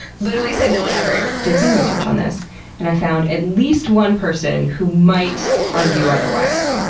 literally said no one ever. did some research on this and i found at least one person who might argue otherwise.